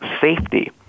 safety